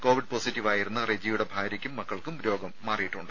Covid പോസിറ്റീവായിരുന്ന റെജിയുടെ ഭാര്യയ്ക്കും മക്കൾക്കും രോഗം മാറിയിട്ടുണ്ട്